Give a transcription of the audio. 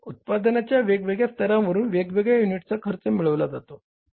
म्हणून उत्पादनाच्या वेगवेगळ्या स्तरांवरुन वेगवेगळा युनिटचा खर्च मिळविला जातो